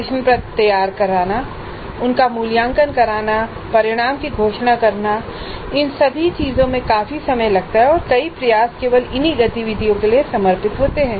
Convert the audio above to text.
प्रश्नपत्र तैयार करना उनका मूल्यांकन करना परिणाम की घोषणा करना इन सभी चीजों में काफी समय लगता है और कई प्रयास केवल इन्हीं गतिविधियों के लिए समर्पित होते हैं